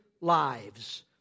lives